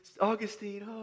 Augustine